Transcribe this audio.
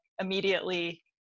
immediately